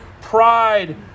pride